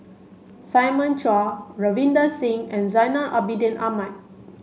Simon Chua Ravinder Singh and Zainal Abidin Ahmad